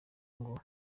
ngo